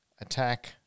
attack